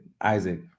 Isaac